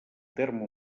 terme